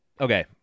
Okay